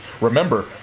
Remember